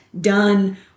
done